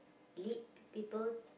lead people